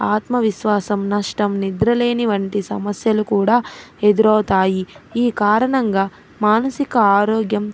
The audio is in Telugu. ఆత్మవిశ్వాసం నష్టం నిద్రలేని వంటి సమస్యలు కూడా ఎదురవుతాయి ఈ కారణంగా మానసిక ఆరోగ్యం